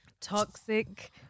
toxic